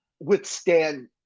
withstand